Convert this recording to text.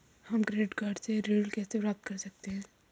हम credit card से ऋण कैसे प्राप्त कर सकते हैं?